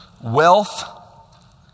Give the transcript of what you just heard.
Wealth